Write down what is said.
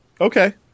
Okay